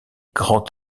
grand